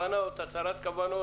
הצהרת כוונות,